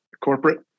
corporate